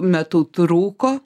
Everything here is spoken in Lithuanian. metu trūko